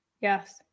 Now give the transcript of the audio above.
Yes